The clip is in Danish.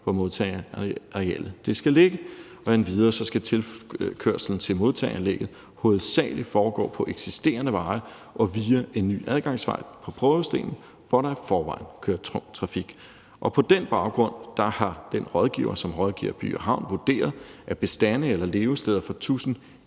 modtageanlægget skal ligge. Endvidere skal tilkørsel til modtageanlægget hovedsagelig foregå på eksisterende veje og via en ny adgangsvej på Prøvestenen, hvor der i forvejen kører tung trafik. På den baggrund har den rådgiver, som rådgiver By & Havn, vurderet, at bestande eller levesteder for